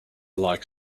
like